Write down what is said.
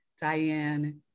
Diane